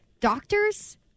doctors